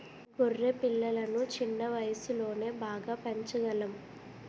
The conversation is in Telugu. గొర్రె పిల్లలను చిన్న వయసులోనే బాగా పెంచగలం